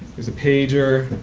there's a pager,